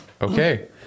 okay